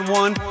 one